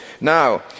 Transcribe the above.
Now